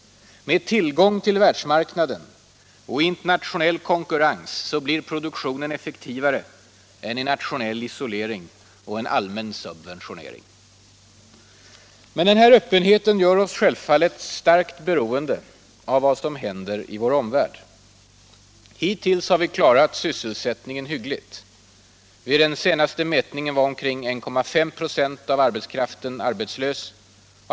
Med tillgång till världsmarknaden och i internationell konkurrens blir produktionen effektivare än i nationell isolering och en allmän subventionering. Men den här öppenheten gör oss självfallet också starkt beroende av vad som händer i vår omvärld. Hittills har vi klarat sysselsättningen hyggligt. Vid den senaste mätningen var ca 1,5 96 av arbetskraften arbetslös.